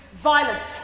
violence